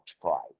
pride